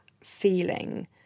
feeling